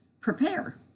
prepare